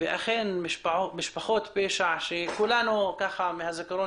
ואכן משפחות פשע שאנחנו מכירים מהזיכרון